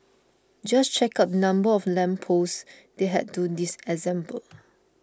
just check out number of lamp posts they had to disassemble